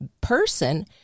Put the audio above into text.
person